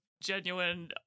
genuine